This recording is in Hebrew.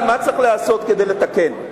אבל מה צריך לעשות כדי לתקן?